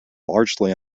largely